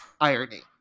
irony